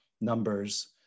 numbers